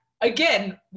Again